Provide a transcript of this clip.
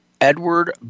Edward